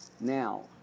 now